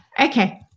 Okay